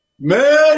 Man